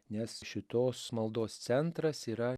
nes šitos maldos centras yra